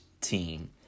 team